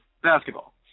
Basketball